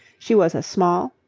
she was a small,